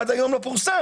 עד היום לא פורסם,